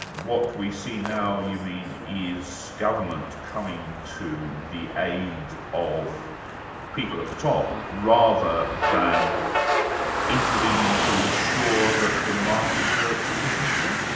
what we see now you mean is government coming to the aid of people at the top, rather than intervening to ensure that the market works efficiently?